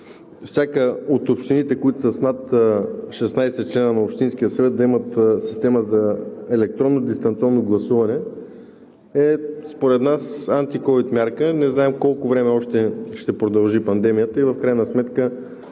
всяка от общините, които са с над 16 члена на общинския съвет, да имат система за електронно дистанционно гласуване. Според нас е антиковид мярка. Не знаем колко време още ще продължи пандемията и в крайна сметка